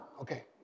Okay